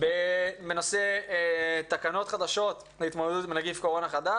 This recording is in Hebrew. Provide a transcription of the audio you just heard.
בנושא תקנות חדשות להתמודדות עם נגיף הקורונה החדש